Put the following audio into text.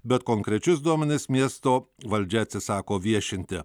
bet konkrečius duomenis miesto valdžia atsisako viešinti